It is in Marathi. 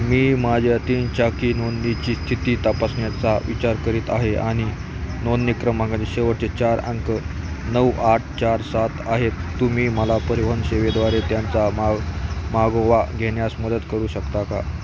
मी माझ्या तीन चाकी नोंदणीची स्थिती तपासण्याचा विचार करीत आहे आणि नोंदणी क्रमांकांचे शेवटचे चार अंक नऊ आठ चार सात आहेत तुम्ही मला परिवहन सेवेद्वारे त्यांचा मा मागोवा घेण्यास मदत करू शकता का